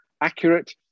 accurate